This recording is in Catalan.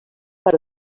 part